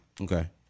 Okay